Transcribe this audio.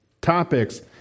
topics